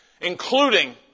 including